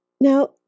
Now